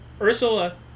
Ursula